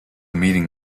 meeting